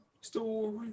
Story